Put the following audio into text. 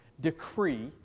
decree